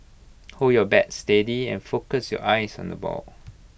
hold your bat steady and focus your eyes on the ball